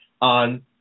on